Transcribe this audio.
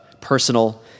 personal